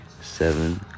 seven